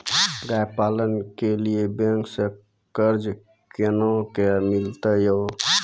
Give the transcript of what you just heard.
गाय पालन के लिए बैंक से कर्ज कोना के मिलते यो?